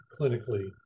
clinically